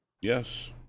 Yes